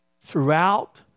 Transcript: throughout